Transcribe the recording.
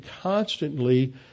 constantly